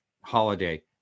holiday